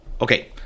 okay